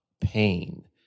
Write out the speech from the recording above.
pain